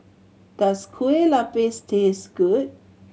does Kueh Lupis taste good